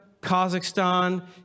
Kazakhstan